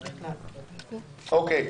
אוקיי.